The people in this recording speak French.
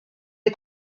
est